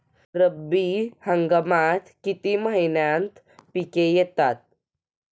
रब्बी हंगामात किती महिन्यांत पिके येतात?